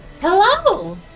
Hello